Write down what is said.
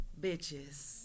Bitches